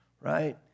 right